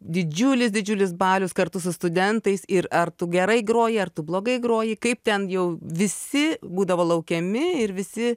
didžiulis didžiulis balius kartu su studentais ir ar tu gerai groji ar tu blogai groji kaip ten jau visi būdavo laukiami ir visi